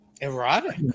Erotic